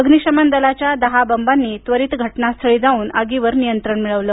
अग्निशमन दलाच्या दहा बंबांनी त्वरित घटनास्थळी जाऊन आगीवर नियंत्रण मिळवलं